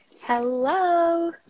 Hello